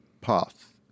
path